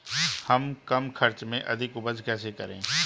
हम कम खर्च में अधिक उपज कैसे करें?